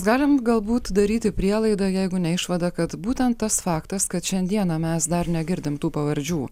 galim galbūt daryti prielaidą jeigu ne išvadą kad būtent tas faktas kad šiandieną mes dar negirdim tų pavardžių